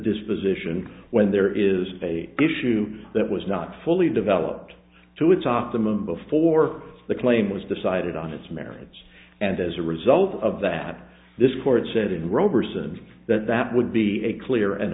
disposition when there is a issue that was not fully developed to its optimum before the claim was decided on its merits and as a result of that this court said in roberson that that would be a clear and